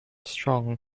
strong